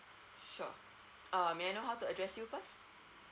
sure err may I know how to address you first